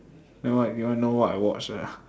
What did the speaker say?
ya why you want know what I watch ah